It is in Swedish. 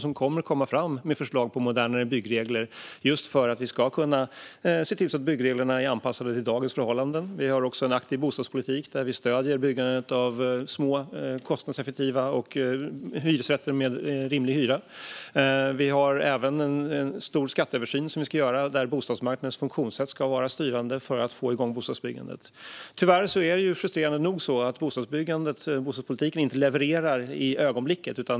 Den kommer att komma fram med förslag om modernare byggregler för att vi ska kunna se till att dessa är anpassade till dagens förhållanden. Vi har också en aktiv bostadspolitik där vi stöder byggandet av små, kostnadseffektiva hyresrätter med rimlig hyra. Vi ska även göra en stor skatteöversyn. Där ska bostadsmarknadens funktionssätt vara styrande för att få igång bostadsbyggandet. Det är frustrerande nog tyvärr så att bostadspolitiken inte levererar i ögonblicket.